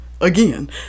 Again